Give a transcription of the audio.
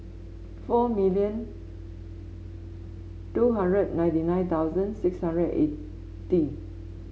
four million two hundred ninety nine thousand six hundred and eighty